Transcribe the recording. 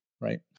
right